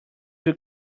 your